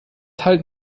halten